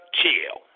chill